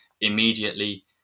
immediately